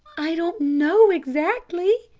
i don't know exactly,